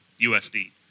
USD